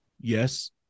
Yes